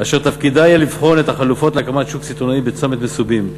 אשר תפקידה יהיה לבחון את החלופות להקמת שוק סיטונאי בצומת מסובים.